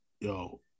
yo